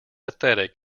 pathetic